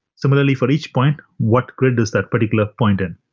similarly for each point, what grid is that particular point in?